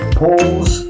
pause